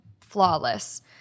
flawless